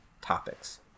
topics